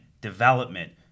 development